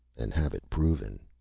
and have it proven!